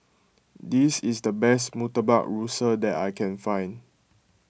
this is the best Murtabak Rusa that I can find